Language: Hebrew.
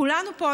כולנו פה,